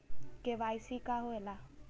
KYC का होवेला?